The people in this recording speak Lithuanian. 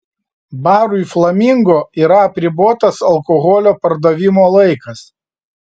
barui flamingo yra apribotas alkoholio pardavimo laikas